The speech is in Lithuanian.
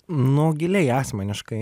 nu giliai asmeniškai